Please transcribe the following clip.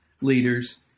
leaders